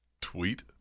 tweet